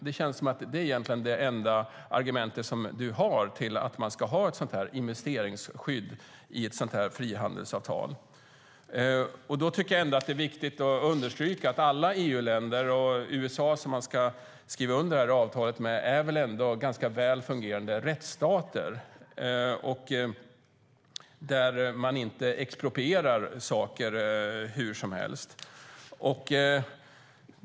Det känns som om det egentligen är det enda argumentet som du har för att man ska ha ett sådant investeringsskydd i ett frihandelsavtal. Då tycker jag att det är viktigt att understryka att alla EU-länder och USA, tillsammans med vilka man ska skriva under detta avtal, ändå är ganska väl fungerande rättsstater där man inte exproprierar saker hur som helst.